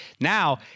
Now